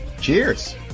Cheers